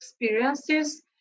experiences